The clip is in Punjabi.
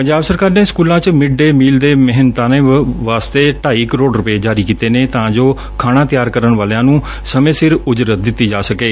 ਪੰਜਾਬ ਸਰਕਾਰ ਨੇ ਸਕੁਲਾ ਚ ਮਿਡ ਡੇਅ ਮੀਲ ਦੇ ਮਿਹਨਤਾਨੇ ਵਾਸਤੇ ਢਾਈ ਕਰੋੜ ਰੁਪੈ ਜਾਰੀ ਕੀਤੇ ਨੇ ਤਾ ਜੋ ਖਾਣਾ ਤਿਆਰ ਕਰਨ ਵਾਲਿਆਂ ਨੂੰ ਸਮੇਂ ਸਿਰ ਉਜਰਤ ਦਿੱਤੀ ਜਾ ਸਕੇ